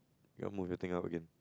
you want move your thing out again